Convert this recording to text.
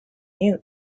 new